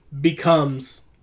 becomes